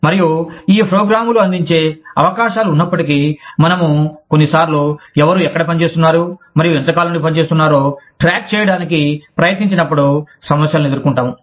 మరియు ఈ ప్రోగ్రామ్లు అందించే అవకాశాలు ఉన్నప్పటికీ మనము కొన్నిసార్లు ఎవరు ఎక్కడ పని చేస్తున్నారు మరియు ఎంతకాలం నుండి పనిచేస్తున్నారో ట్రాక్ చేయడానికి ప్రయత్నించినపుడు సమస్యలను ఎదుర్కొంటాము